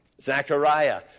Zechariah